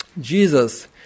Jesus